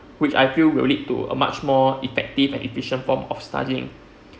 which I feel will lead to a much more effective and efficient form of studying